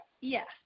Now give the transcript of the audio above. yes